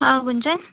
हा म्हणजे